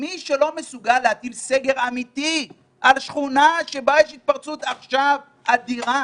מי שלא מסוגל להטיל סגר אמיתי על שכונה שבה יש התפרצות אדירה עכשיו,